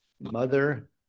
Mother